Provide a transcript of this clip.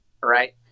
right